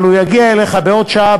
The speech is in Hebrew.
אבל הוא יגיע אליך בעוד שעה,